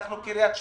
אנחנו קריית שמונה.